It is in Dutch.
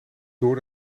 door